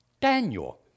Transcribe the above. Daniel